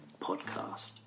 Podcast